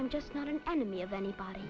i'm just not an enemy of anybody